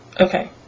Okay